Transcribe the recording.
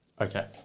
Okay